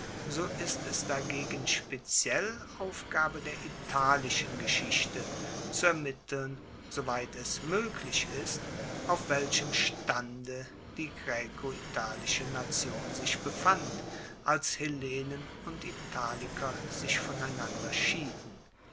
so ist es dagegen speziell aufgabe der italischen geschichte zu ermitteln soweit es moeglich ist auf welchem stande die graecoitalische nation sich befand als hellenen und italiker sich voneinander schieden